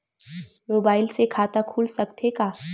Mobile से खाता खुल सकथे का?